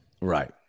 Right